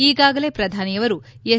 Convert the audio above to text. ಈಗಾಗಲೇ ಪ್ರಧಾನಿಯವರು ಎಸ್